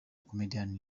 comedian